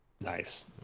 Nice